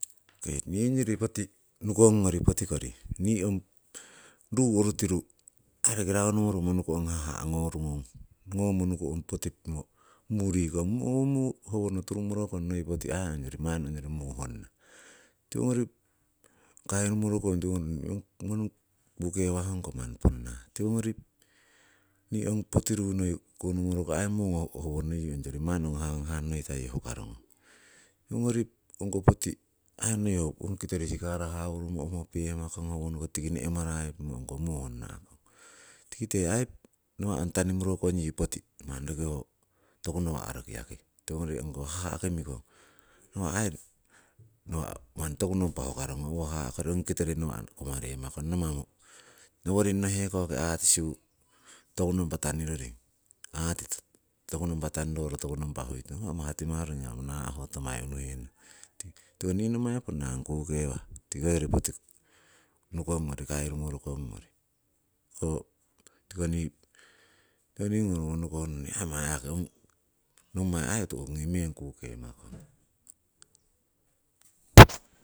Okei nii ongyori poti nukongori potikori, nii ong ruu oruitiru aii roki raunumoromonuku ong haha' ngorungong ngomonuku ong poti pimo murikong, mungo howono turumorokong poti aii manni ongori muu honna. Tiwongori kairumorokong tiko nii ngong kukewahngung ko manni ponna, tiwongori nii ong poti ruu noi o'konoworoku aii mungo howono yii ongyori manni hanghang noita hukarongong. Tiwongori ongko poti noi ho ong kitori ongo sikara hawurumo uhumo pehmakong ongo howonoko, tiki ne'marayu pimo ong ko muu honna'kong, tikite aii nawa' ong tanimorokong yii poti manni ho toku nawa' roki yaki. Tiwongori ong koh haha'ki mikong, nawa' toku nompa hukarungong owo haha'kori ongi kitori nawa' kumaremakong namamo noworingno hekoki atisu toku nompah taniroring, atito toku nompa toniroro toku nompa huitong? Ho amah timah rorongemamo naa'ho tamaihunuhenong, tiko nii nommai ponnangi kukewah, tiki hoyori poti nukongori kairumorokongori ho tiko manni nommai aii tu'kingi meng kukemakong.